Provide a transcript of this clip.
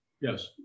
yes